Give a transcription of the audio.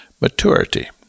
maturity